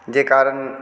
जाहि कारण